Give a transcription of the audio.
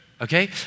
Okay